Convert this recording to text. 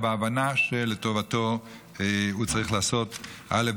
אלא בהבנה שלטובתו הוא צריך לעשות א',